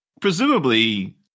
presumably